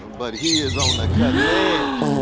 but he is on the cutting edge